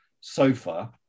sofa